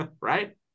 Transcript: Right